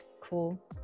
Cool